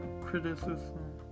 criticism